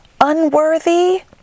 unworthy